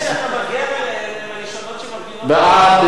בעד,